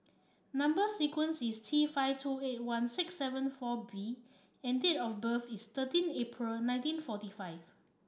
number sequence is T five two eight one six seven four V and date of birth is thirteen April nineteen forty five